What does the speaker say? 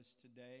today